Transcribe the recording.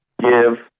give